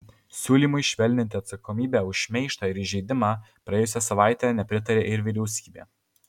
siūlymui švelninti atsakomybę už šmeižtą ir įžeidimą praėjusią savaitę nepritarė ir vyriausybė